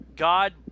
God